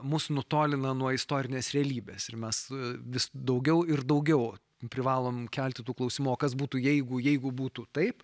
mus nutolina nuo istorinės realybės ir mes vis daugiau ir daugiau privalome kelti tų klausimų kas būtų jeigu jeigu būtų taip